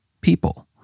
people